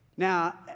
Now